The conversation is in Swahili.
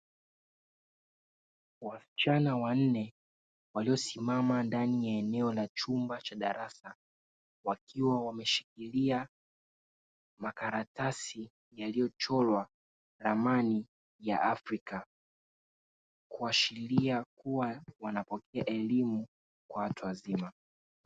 Wasichana wanne waliosimama ndani ya eneo la chumba cha darasa wakiwa wameshikilia makaratasi yaliyochorwa ramani ya Afrika, kuashiria kuwa wanapokea elimu ya watu wazima.